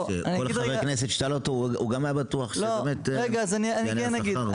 כל חבר כנסת שתשאל אותו היה בטוח שזה ענייני שכר.